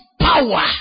power